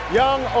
young